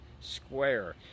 Square